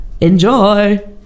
Enjoy